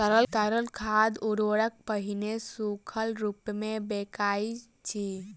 तरल खाद उर्वरक पहिले सूखल रूपमे बिकाइत अछि